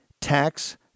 Tax